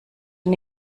und